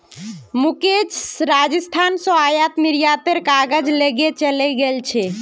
मुकेश राजस्थान स आयात निर्यातेर कामत लगे गेल छ